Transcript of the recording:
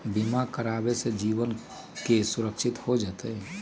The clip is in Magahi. बीमा करावे से जीवन के सुरक्षित हो जतई?